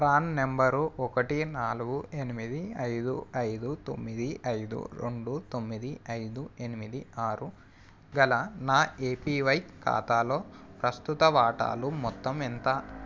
PRAN number ఒకటి నాలుగు ఎనిమిది ఐదు ఐదు తొమ్మిది ఐదు రెండు తొమ్మిది ఐదు ఎనిమిది ఆరు గల నా ఎపీవై ఖాతాలో ప్రస్తుత వాటాలు మొత్తం ఎంత